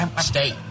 Stay